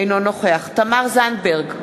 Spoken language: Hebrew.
אינו נוכח תמר זנדברג,